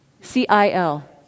C-I-L